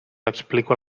explico